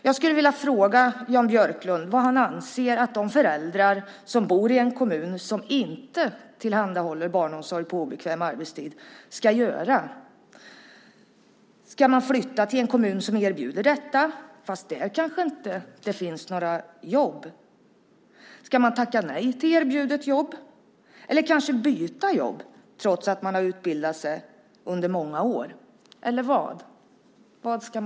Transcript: Jag skulle vilja fråga Jan Björklund vad han anser att de föräldrar ska göra som bor i en kommun som inte tillhandahåller barnomsorg på obekväm arbetstid. Ska man flytta till en kommun som erbjuder detta? Där kanske det inte finns några jobb. Ska man tacka nej till erbjudet jobb, eller kanske byta jobb, trots att man har utbildat sig under många år? Eller vad?